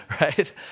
Right